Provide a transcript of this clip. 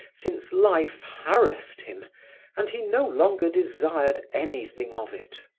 since life harassed him and he no longer desired anything of it.